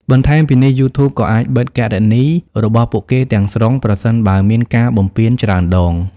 បន្ថែមពីនេះ យូធូប ក៏អាចបិទគណនីរបស់ពួកគេទាំងស្រុង ប្រសិនបើមានការបំពានច្រើនដង។